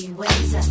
ways